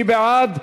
מי בעד?